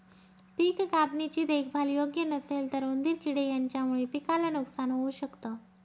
पिक कापणी ची देखभाल योग्य नसेल तर उंदीर किडे यांच्यामुळे पिकाला नुकसान होऊ शकत